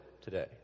today